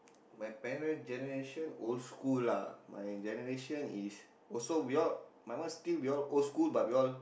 my parent generation old school lah my generation is also we all my one still we all old school but we all